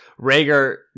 Rager